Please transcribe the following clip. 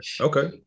Okay